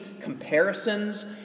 comparisons